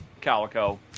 Calico